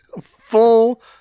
full